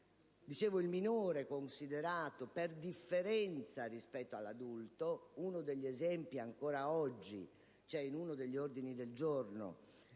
il minore è considerato per differenza rispetto all'adulto. Uno degli esempi più tipici - in uno degli ordini del giorno